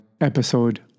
episode